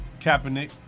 Kaepernick